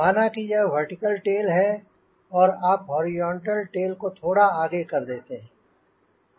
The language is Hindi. माना कि यह वर्टिकल टेल है और आप हॉरिजॉन्टल टेल को थोड़ा आगे कर देते हैं